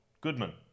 Goodman